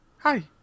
hi